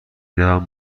دهم